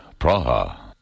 Praha